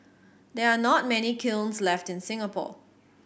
there are not many kilns left in Singapore